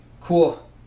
cool